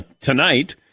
tonight